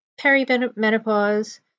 perimenopause